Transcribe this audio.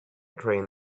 train